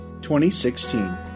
2016